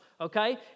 Okay